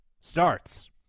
starts